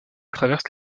traverse